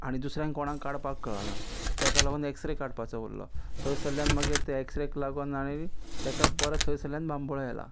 आनी दुसऱ्यांक कोणाक काडपाक कळना तेका लागून एक्सरे काडपाचो उरलो थंयसरल्यान मागीर ते एक्सरे लागून आनी तेका परत थंयसर बांबोळो येला